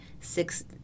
six